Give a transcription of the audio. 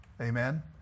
amen